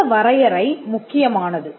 இந்த வரையறை முக்கியமானது